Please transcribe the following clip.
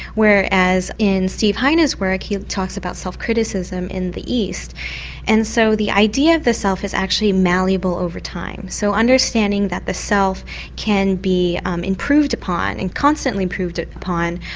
whereas in steve heine's work he talks about self-criticism in the east and so the idea of the self is actually malleable over time. so understanding that the self can be um improved upon and constantly improved upon,